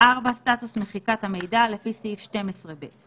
סטטוס מחיקת המידע לפי סעיף 12(ב).